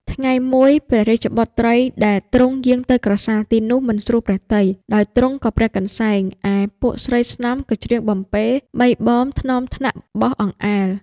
ថ្ងៃមួយព្រះរាជបុត្រីដែលទ្រង់យាងទៅក្រសាលទីនោះ មិនស្រួលព្រះទ័យ ដោយទ្រង់ក៏ព្រះកន្សែង ឯពួកស្រីស្នំក៏ច្រៀងបំពេបីបមថ្នមថ្នាក់បោសអង្អែល